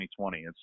2020